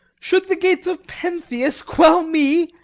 should the gates of pentheus quell me,